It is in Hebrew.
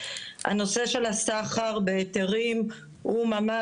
הנושא של הסחר בהיתרים הוא נושא שנמצא